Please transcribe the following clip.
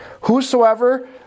Whosoever